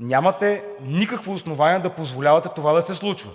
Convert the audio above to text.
нямате никакво основание да позволявате да се случва